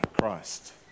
Christ